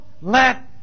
let